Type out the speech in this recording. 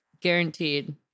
Guaranteed